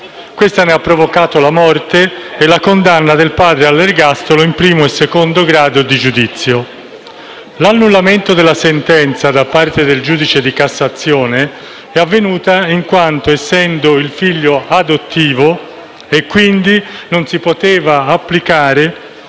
Questa ne ha provocato la morte e la condanna del padre all'ergastolo in primo e secondo grado di giudizio. L'annullamento della sentenza da parte del giudice di Cassazione è avvenuta in quanto, essendo il figlio adottivo, non si poteva applicare